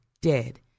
dead